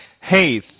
Hey